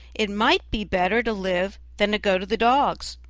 it might be better to live than go to the dogs.